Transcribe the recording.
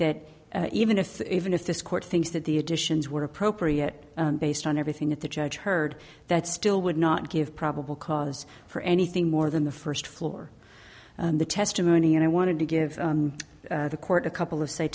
that even if even if this court thinks that the additions were appropriate based on everything that the judge heard that still would not give probable cause for anything more than the first floor and the testimony and i wanted to give the court a couple of say